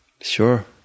Sure